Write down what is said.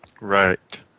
Right